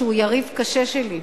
שהוא יריב קשה שלי,